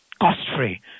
cost-free